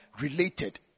related